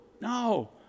No